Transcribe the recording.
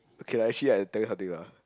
okay lah actually I tell you something lah